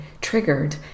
triggered